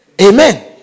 Amen